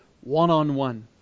one-on-one